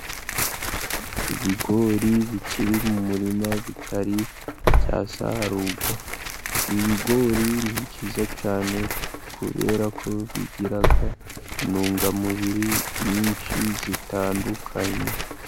Ibigori bikiri mu murima bitari byasarurwa , bigori ni byiza cyane ,kubera ko bigira intungamubiri nyinshi zitandukanye.